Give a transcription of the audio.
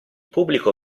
pubblico